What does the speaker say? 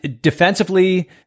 defensively